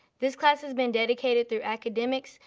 this class has been dedicated through academics,